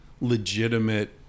legitimate